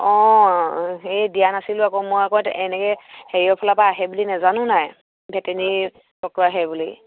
অঁ সেই দিয়া নাছিলোঁ আকৌ মই আকৌ এনেকৈ হেৰিয়ৰফালৰপৰা আহে বুলি নাজানো নাই ভেটেনেৰী ডক্তৰ আহে বুলি